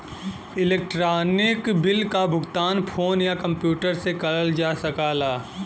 electronic bill क भुगतान phone या कम्प्यूटर से करल जा सकला